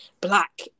black